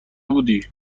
بودی